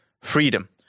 freedom